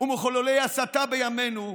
ומחוללי ההסתה בימינו,